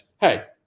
hey